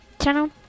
channel